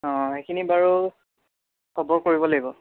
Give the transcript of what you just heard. অঁ সেইখিনি বাৰু খবৰ কৰিব লাগিব